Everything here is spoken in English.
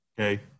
Okay